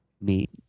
meet